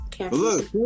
Look